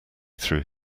through